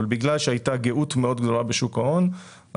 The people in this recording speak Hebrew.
בגלל שהייתה גאות מאוד גדולה בשוק ההון,